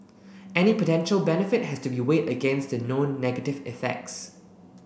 any potential benefit has to be weighed against the known negative effects